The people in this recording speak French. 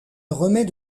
remet